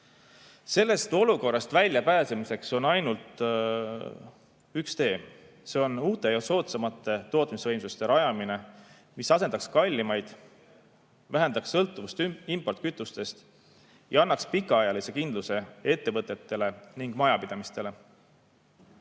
Sellest olukorrast väljapääsemiseks on ainult üks tee, see on uute ja soodsamate tootmisvõimsuste rajamine, mis asendaks kallimaid, vähendaks sõltuvust importkütustest ning annaks pikaajalise kindluse ettevõtetele ja majapidamistele.